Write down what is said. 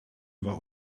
war